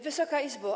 Wysoka Izbo!